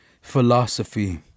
philosophy